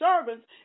servants